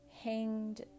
hanged